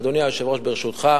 אדוני היושב-ראש, ברשותך.